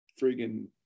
friggin